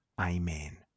Amen